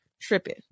tripping